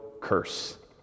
curse